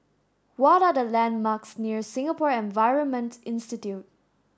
what are the landmarks near Singapore Environment Institute